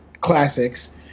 classics